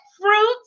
fruits